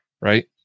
right